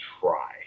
try